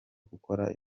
gukora